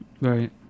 right